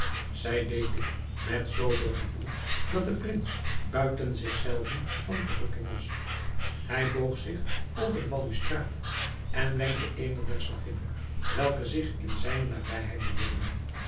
zij deed dit met zoo veel gevoel dat de prins buiten zich zelven van verrukking was hij boog zich over de balustrade en wenkte eene der slavinnen welke zich in zijne nabijheid bevonden